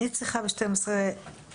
אני צריכה לצאת ב-12:25.